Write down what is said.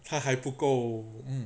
他还不够 mm